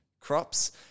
crops